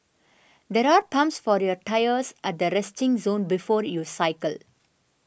there are pumps for your tyres at the resting zone before you cycle